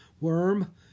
Worm